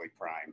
prime